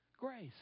Grace